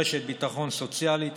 רשת ביטחון סוציאלית